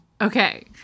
Okay